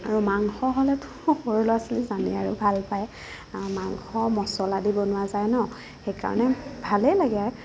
আৰু মাংস হ'লেতো খুব সৰু ল'ৰা ছোৱালীৰ জানে আৰু ভাল পায় মাংস মছলা দি বনোৱা যায় ন সেইকাৰণে ভালে লাগে